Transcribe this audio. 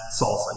salsa